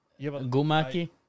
gumaki